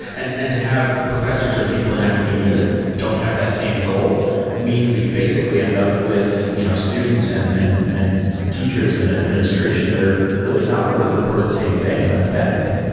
and and to have professors or people in academia that don't have that same goal means that you basically end up with you know students and and and teachers and administration that are really not working toward the same thing, and that's a bad thing.